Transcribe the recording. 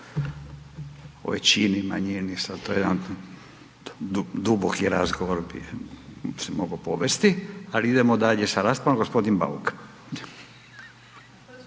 U većini, manjini, sad je to jedan duboku razgovor bi se mogao povesti ali idemo dalje s raspravom, g. Bauk.